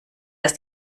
ist